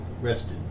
rested